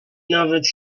nawet